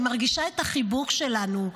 אני מרגישה את החיבוק שלנו,